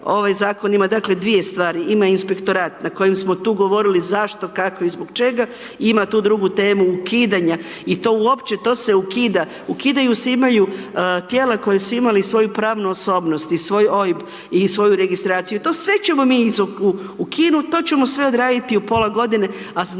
ovaj Zakon ima, dakle, dvije stvari, ima Inspektorat na kojem smo tu govorili zašto, kako i zbog čega i ima tu drugu temu ukidanja i to uopće, to se ukida, ukidaju se, imaju tijela koja su imali svoju pravnu osobnost i svoj OIB i svoju registraciju. To sve ćemo mi ukinuti, to ćemo sve odraditi u pola godine, a znamo